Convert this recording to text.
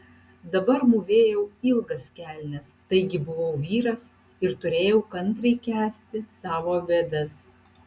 dabar mūvėjau ilgas kelnes taigi buvau vyras ir turėjau kantriai kęsti savo bėdas